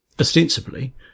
ostensibly